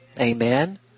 Amen